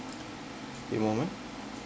a moment